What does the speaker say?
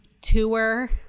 tour